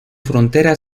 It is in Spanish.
frontera